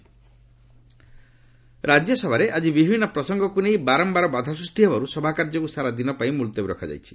RS adjourn ରାଜ୍ୟସଭାରେ ଆଜି ବିଭିନ୍ନ ପ୍ରସଙ୍ଗକୁ ନେଇ ବାରମ୍ଭାର ବାଧା ସୃଷ୍ଟି ହେବାରୁ ସଭା କାର୍ଯ୍ୟକୁ ସାରା ଦିନ ପାଇଁ ମୁଲତବୀ ରଖାଯାଇଛି